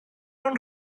nhw